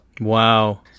Wow